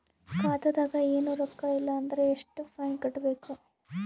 ಖಾತಾದಾಗ ಏನು ರೊಕ್ಕ ಇಲ್ಲ ಅಂದರ ಎಷ್ಟ ಫೈನ್ ಕಟ್ಟಬೇಕು?